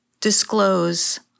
disclose